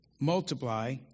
multiply